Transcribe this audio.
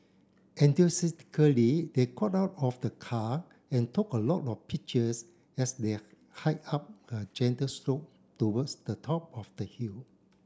they got out of the car and took a lot of pictures as they hiked up a gentle slope towards the top of the hill